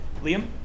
Liam